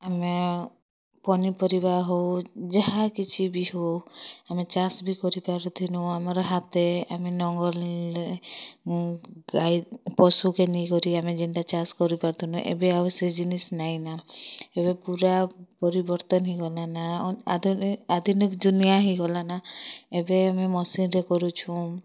ଆମେ ପନିପରିବା ହଉ ଯାହା କିଛି ବି ହେଉ ଆମେ ଚାଷ୍ ବି କରିପାରୁଥିଲୁଁ ଆମର ହାତେ ଆମେ ନଙ୍ଗଲ୍ ଗାଈ ପଶୁକେ ନେଇକରି ଆମେ ଯେନ୍ଟା ଚାଷ୍ କରିପାରୁଥିଲୁଁ ଏବେ ଆଉ ସେ ଜିନିଷ୍ ନାଇଁ ନା ଏବେ ପୂରା ପରିବର୍ତ୍ତନ୍ ହେଇଗଲା ନା ଆଧୁନିକ୍ ଦୁନିଆ ହେଇଗଲା ନା ଏବେ ଆମେ ମେସିନ୍ରେ କରୁଛୁଁ